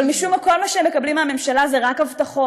אבל משום מה כל מה שהם מקבלים מהממשלה זה רק הבטחות.